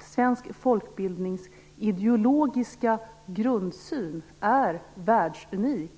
svenska folkbildningens ideologiska grundsyn är ju världsunik.